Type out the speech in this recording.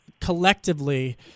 collectively